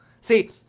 See